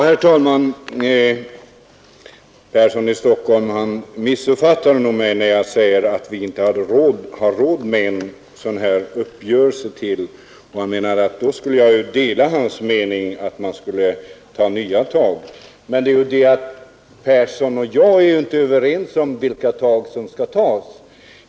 Herr talman! Herr Persson i Stockholm missförstod nog vad jag menade när jag sade att vi inte har råd med en sådan här uppgörelse till; han tyckte att jag då borde dela hans mening att man skulle ta nya tag. Men herr Persson och jag är ju inte överens om vilka tag som skall tas.